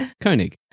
Koenig